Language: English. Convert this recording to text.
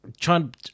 trying